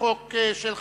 חוק